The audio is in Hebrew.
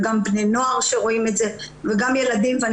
גם בני הנוער וילדים רואים את זה.